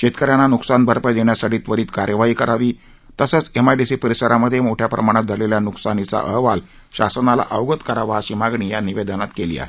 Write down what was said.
शेतकऱ्यांना नुकसान भरपाई देण्यासाठी त्वरीत कार्यवाही करावी तसंच एमआयडीसी परिसरामध्ये मोठ्या प्रमाणात झालेल्या नुकसानीचाही अहवाल शासनाला अवगत करावा अशी मागणी या निवेदनात केली आहे